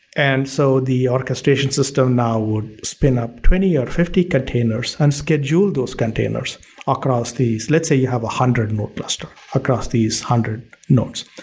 and so, the orchestration system now would spin up twenty or fifty containers and schedule those containers across these. let's say you have a hundred node cluster across these hundred nodes,